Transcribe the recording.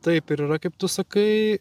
taip ir yra kaip tu sakai